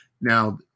Now